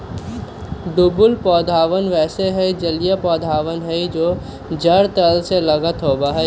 डूबल पौधवन वैसे ही जलिय पौधा हई जो जड़ तल से लगल होवा हई